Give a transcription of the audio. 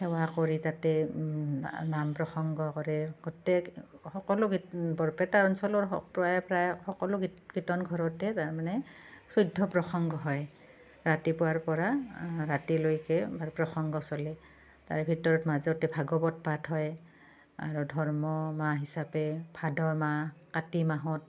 সেৱা কৰি তাতে না নাম প্ৰসংগ কৰে গোটেই সকলো কীৰ্ বৰপেটা অঞ্চলৰ প্ৰায় প্ৰায় সকলো কী কীৰ্তনঘৰতে তাৰমানে চৈধ্য প্ৰসঙ্গ হয় ৰাতিপুৱাৰ পৰা ৰাতিলৈকে আমাৰ প্ৰসঙ্গ চলে তাৰ ভিতৰত মাজতে ভাগৱত পাঠ হয় আৰু ধৰ্ম মাহ হিচাপে ভাদ মাহ কাতি মাহত